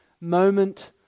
moment